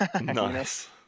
Nice